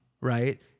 right